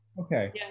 Okay